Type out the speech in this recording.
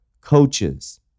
coaches